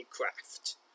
craft